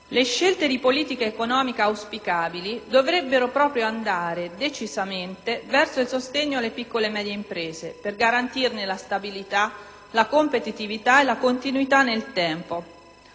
le scelte di politica economica auspicabili dovrebbero andare decisamente verso il sostegno alle piccole e medie imprese per garantirne la stabilità, la competitività e la continuità nel tempo.